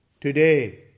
today